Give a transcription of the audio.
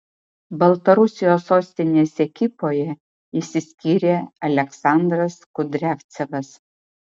baltarusijos sostinės ekipoje išsiskyrė aleksandras kudriavcevas